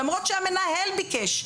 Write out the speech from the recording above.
למרות שהמנהל ביקש,